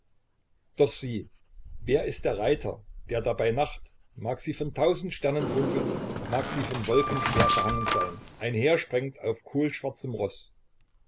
doch sieh wer ist der reiter der da bei nacht mag sie von tausend sternen funkeln mag sie von wolken schwer verhangen sein einhersprengt auf kohlschwarzem roß